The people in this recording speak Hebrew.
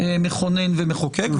מכונן ומחוקק.